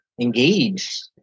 engaged